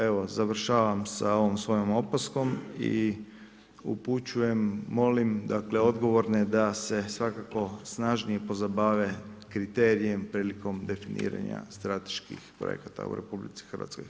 Evo završavam sa ovom svojom opaskom i upućujem, molim odgovorne da se svakako snažnije pozabave kriterijem prilikom definiranja strateških projekata u RH.